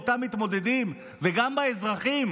באותם מתמודדים וגם באזרחים,